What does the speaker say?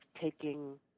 taking